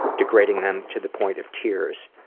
degrading them to the point of tears.